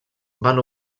van